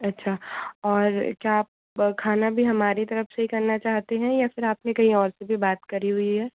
अच्छा और क्या आप खाना भी हमारी तरफ़ से करना चाहते हैं या फिर आपने कहीं और से भी बात करी हुई है